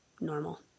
Normal